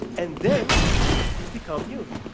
and then it became news.